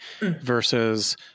versus